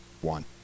one